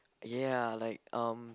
ya like um